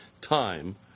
time